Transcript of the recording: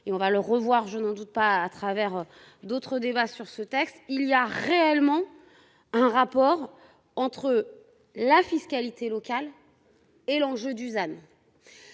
et on va le revoir, je n'en doute pas, à travers d'autres débats sur ce texte, il y a réellement un rapport entre la fiscalité locale. Et l'enjeu Dusan.